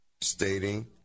stating